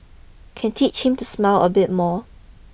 can teach him to smile a bit more